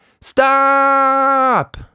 Stop